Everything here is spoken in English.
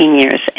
years